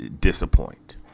disappoint